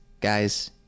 guys